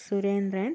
Surendran